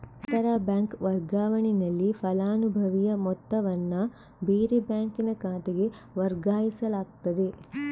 ಅಂತರ ಬ್ಯಾಂಕ್ ವರ್ಗಾವಣೆನಲ್ಲಿ ಫಲಾನುಭವಿಯ ಮೊತ್ತವನ್ನ ಬೇರೆ ಬ್ಯಾಂಕಿನ ಖಾತೆಗೆ ವರ್ಗಾಯಿಸಲಾಗ್ತದೆ